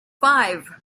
five